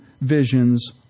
visions